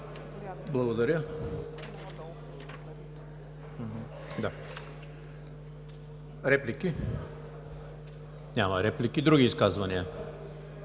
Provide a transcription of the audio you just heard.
Благодаря. Реплики? Няма. Други изказвания?